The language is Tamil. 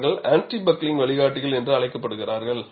அவை ஆன்டி பக்ளிங்க் வழிகாட்டிகள் என்று அழைக்கப்படுகிறார்கள்